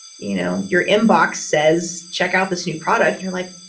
you know, your inbox says, check out this new product. you're like,